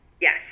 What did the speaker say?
Yes